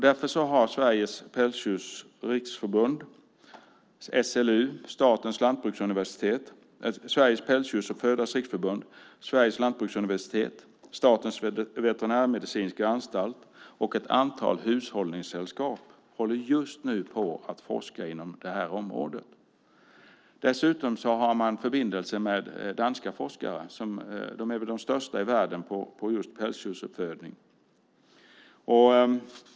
Därför håller Sveriges Pälsdjursuppfödares Riksförbund, Sveriges lantbruksuniversitet, Statens veterinärmedicinska anstalt och ett antal hushållningssällskap just nu på att forska inom det här området. Dessutom har man förbindelse med danska forskare. Danmark är väl störst i världen på just pälsdjursuppfödning.